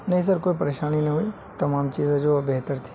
نہیں سر کوئی پریشانی نہیں ہوئی تمام چیزیں جو بہتر تھیں